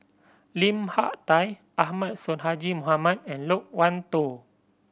Lim Hak Tai Ahmad Sonhadji Mohamad and Loke Wan Tho